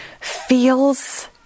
feels